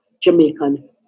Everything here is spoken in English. Jamaican